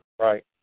Right